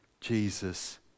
Jesus